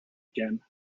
again